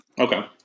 Okay